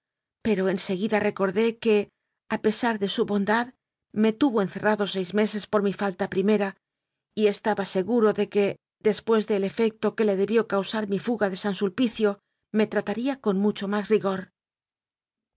pero en segui da recordé que a pesar de su bondad me tuvo en cerrado seis meses por mi falta primera y estaba seguro de que después del efecto que le debió causar mi fuga de san sulpicio me trataría con mucho más